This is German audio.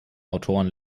autoren